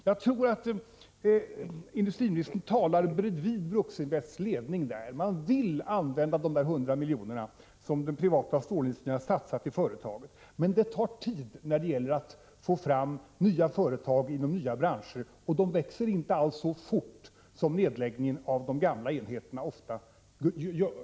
Jag tror att industriministern talar bredvid Bruksinvests ledning i det fallet. Bruksinvest vill använda de 100 miljoner som den privata stålindustrin har satsat i företaget, men det tar tid att få fram nya företag inom nya branscher, och nyetableringar går inte alls så fort som nedläggningar av de gamla enheterna ofta gör.